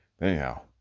Anyhow